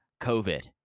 COVID